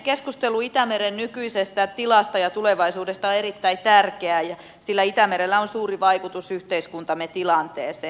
keskustelu itämeren nykyisestä tilasta ja tulevaisuudesta on erittäin tärkeää sillä itämerellä on suuri vaikutus yhteiskuntamme tilanteeseen